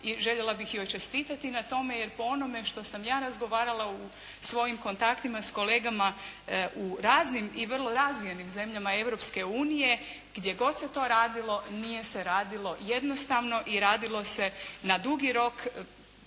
željela bih joj čestitati na tome, jer po onome što sam ja razgovarala u svojim kontaktima s kolegama u raznim i vrlo razvijenim zemljama Europske unije, gdje god se to radilo nije se radilo jednostavno i radilo se na dugi rok,